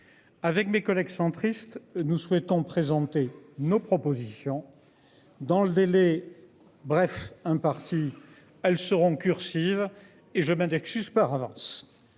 Avec mes collègues centristes. Nous souhaitons présenter nos propositions. Dans le délai bref imparti. Elles seront cursive et je viens d'excuse par avance.